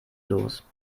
los